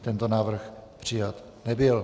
Tento návrh přijat nebyl.